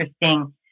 interesting